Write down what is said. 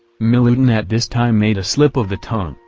milyutin at this time made a slip of the tongue,